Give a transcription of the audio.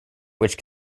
which